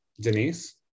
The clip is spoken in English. Denise